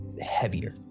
heavier